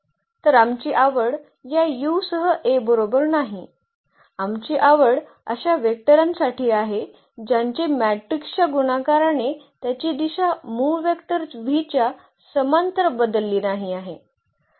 तर आमची आवड या u सह A बरोबर नाही आमची आवड अशा वैक्टरांसाठी आहे ज्यांचे मॅट्रिक्सच्या गुणाकाराने त्याची दिशा मूळ वेक्टर v च्या समांतर बदलली नाही आहे